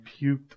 puked